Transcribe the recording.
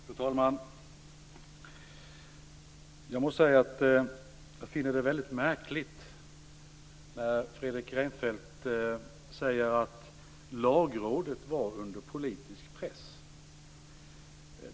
Fru talman! Jag måste säga att jag finner det märkligt när Fredrik Reinfeldt säger att Lagrådet var under politisk press.